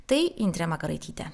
tai indrė makaraitytė